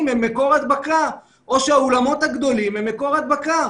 או האולמות הגדולים הם מקור הדבקה.